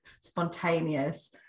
spontaneous